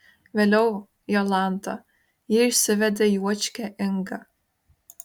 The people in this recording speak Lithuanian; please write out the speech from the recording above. vėliau jolanta ji išsivedė juočkę ingą